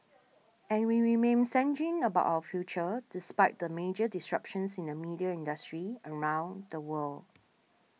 and we remain sanguine about our future despite the major disruptions in the media industry around the world